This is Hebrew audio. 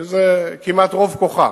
שזה כמעט רוב כוחה